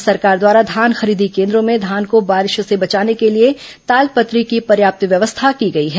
राज्य सरकार द्वारा धान खरीदी केन्द्रों में धान को बारिश से बचाने के लिए ताल पतरी की पर्याप्त व्यवस्था की गई है